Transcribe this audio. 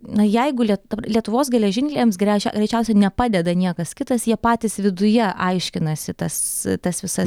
na jeigu liet ta pra lietuvos geležinkeliams grešia greičiausiai nepadeda niekas kitas jie patys viduje aiškinasi tas tas visas